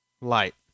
light